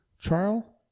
trial